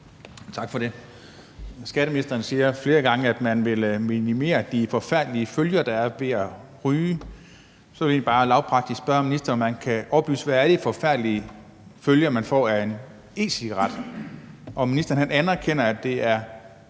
Tak for det. Skatteministeren siger flere gange, at man vil minimere de forfærdelige følger, der er ved at ryge. Så vil jeg egentlig bare lavpraktisk spørge ministeren, om han kan oplyse, hvad det er for nogle forfærdelige følger, man får af en e-cigaret, og om ministeren anerkender, at det er